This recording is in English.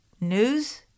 news